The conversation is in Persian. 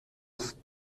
است